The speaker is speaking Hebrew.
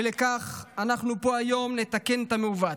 ולכך אנחנו פה היום נתקן את המעוות.